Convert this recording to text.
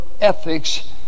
ethics